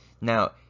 Now